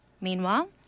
Meanwhile